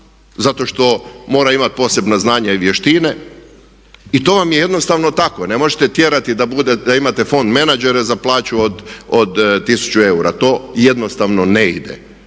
zato što mora imati posebna znanja i vještine i to vam je jednostavno tako. Ne možete tjerati da imate fond menadžere za plaću od 1000 eura. To jednostavno ne ide.